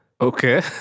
Okay